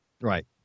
Right